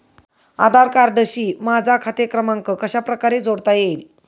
आधार कार्डशी माझा खाते क्रमांक कशाप्रकारे जोडता येईल?